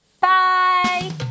Bye